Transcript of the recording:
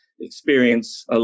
experience